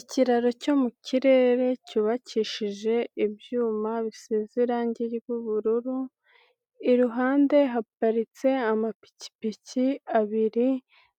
Ikiraro cyo mu kirere cyubakishije ibyuma bisize irangi ry'ubururu, iruhande haparitse amapikipiki abiri